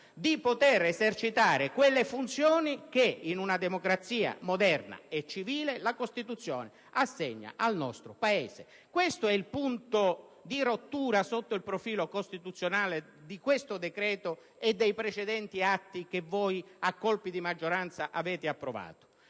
di esercitare quelle funzioni, proprie di una democrazia moderna e civile, che la Costituzione loro assegna nel nostro Paese! Questo è il punto di rottura, sotto il profilo costituzionale, del decreto e dei precedenti atti che voi, a colpi di maggioranza, avete approvato.